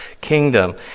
kingdom